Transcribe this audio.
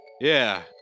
Yeah